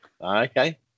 Okay